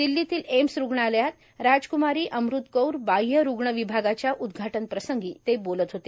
दिल्लीतल्या एम्स रुग्णालयात राजक्मारी अमृतकौर बाह्य रूग्ण विभागाच्या उद्घाटनप्रसंगी ते बोलत होते